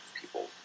people